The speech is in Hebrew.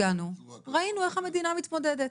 הגענו, ראינו איך המדינה מתמודדת.